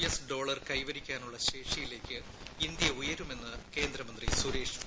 S dollar കൈവരിക്കാനുള്ള ശേഷിയിലേയ്ക്ക് India ഉയരു മെന്ന് കേന്ദ്രമന്ത്രി സുരേഷ് പ്രഭു